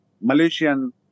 malaysian